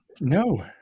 no